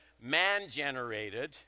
man-generated